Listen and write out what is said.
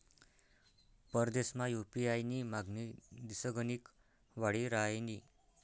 परदेसमा यु.पी.आय नी मागणी दिसगणिक वाडी रहायनी